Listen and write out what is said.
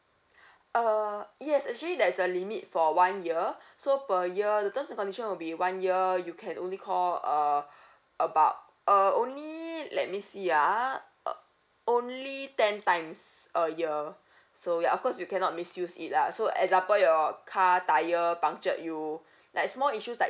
uh yes actually there's a limit for one year so per year the terms and conditions will be one year you can only call uh about uh only let me see ah uh only ten times a year so ya of course you cannot misuse it lah so example your car tire punctured you like small issues like